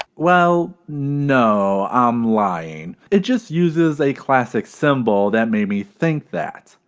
well no, i'm lying. it just uses a classic symbol that made me think that.